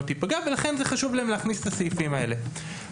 תיפגע ולכן חשוב להם להכניס את הסעיפים האלה.